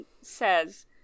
says